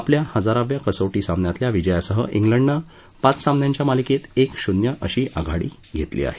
आपल्या हजाराव्या कसोटी सामन्यातील विजयासह उलंडनं पाच सामन्यांच्या मालिकेत एक शून्य अशी आघाडी घेतली आहे